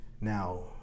Now